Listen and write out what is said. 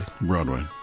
broadway